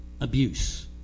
abuse